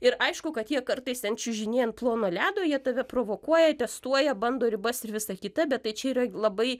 ir aišku kad jie kartais ten čiužiniai ant plono ledo jie tave provokuoja testuoja bando ribas ir visa kita bet tai čia yra labai